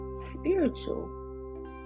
spiritual